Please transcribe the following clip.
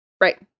Right